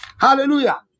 Hallelujah